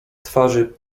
twarzy